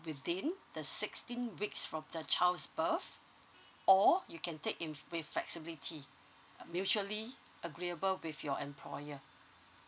within the sixteen weeks from the child's birth or you can take in flex flexibility mutually agreeable with your employer